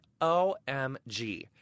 OMG